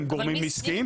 הם גורמים עסקיים.